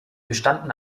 bestanden